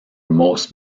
most